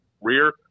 rear